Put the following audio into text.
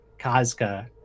Kazka